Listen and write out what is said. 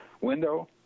window